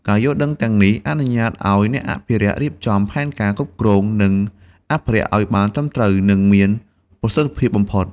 ការយល់ដឹងទាំងនេះអនុញ្ញាតឲ្យអ្នកអភិរក្សរៀបចំផែនការគ្រប់គ្រង និងអភិរក្សឱ្យបានត្រឹមត្រូវ និងមានប្រសិទ្ធភាពបំផុត។